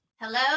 Hello